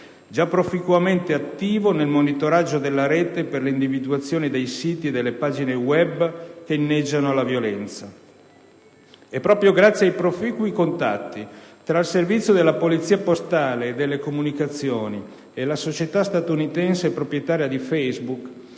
già proficuamente attivo nel monitoraggio della rete per l'individuazione dei siti e delle pagine *web* che inneggiano alla violenza. È proprio grazie ai proficui contatti tra il servizio della Polizia postale e delle comunicazioni e la società statunitense proprietaria di «Facebook»